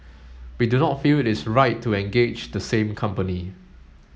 we do not feel it is right to engage the same company